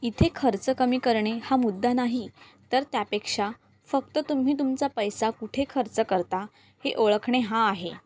इथे खर्च कमी करणे हा मुद्दा नाही तर त्यापेक्षा फक्त तुम्ही तुमचा पैसा कुठे खर्च करता हे ओळखणे हा आहे